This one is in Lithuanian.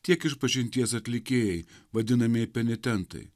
tiek išpažinties atlikėjai vadinamieji penitentai